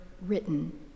written